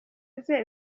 aze